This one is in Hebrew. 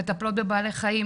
מטפלות בבעלי החיים,